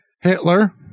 Hitler